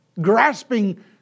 grasping